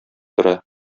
тора